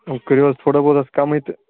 وۄنۍ کٔرِو حظ تھوڑا بہت اتھ کمٕے تہٕ